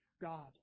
God